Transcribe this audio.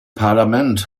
parlament